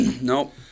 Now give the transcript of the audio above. Nope